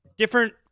Different